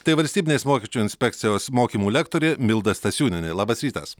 tai valstybinės mokesčių inspekcijos mokymų lektorė milda stasiūnienė labas rytas